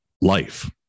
life